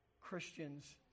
Christians